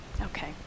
Okay